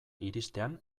iristean